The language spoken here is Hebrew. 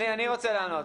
אני רוצה לענות.